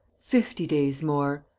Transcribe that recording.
fifty days more.